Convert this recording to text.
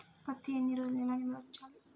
పత్తి ఎన్ని రోజులు ఎలా నిల్వ ఉంచాలి?